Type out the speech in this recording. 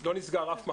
לא נסגר אף מחנה,